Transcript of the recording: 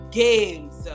games